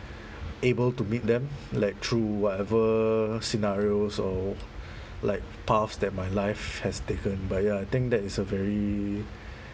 able to meet them like through whatever scenarios or like paths that my life has taken but ya I think that is a very